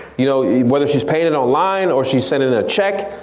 you know yeah whether she's paying it online or she's sending a check,